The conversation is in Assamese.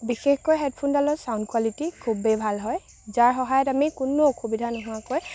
বিশেষকৈ হেডফোনডালৰ ছাউণ্ড কোৱালিটি খুবেই ভাল হয় যাৰ সহায়ত আমি কোনো অসুবিধা নোহোৱাকৈ